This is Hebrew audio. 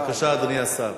בבקשה, אדוני השר.